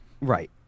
Right